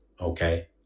Okay